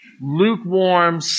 lukewarm